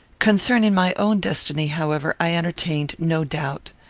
concerning my own destiny, however, i entertained no doubt.